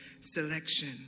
selection